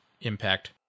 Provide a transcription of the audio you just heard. impact